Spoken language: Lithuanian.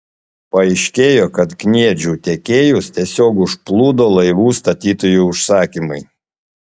paaiškėjo kad kniedžių tiekėjus tiesiog užplūdo laivų statytojų užsakymai